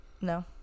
no